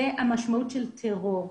זאת המשמעות של טרור.